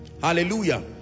hallelujah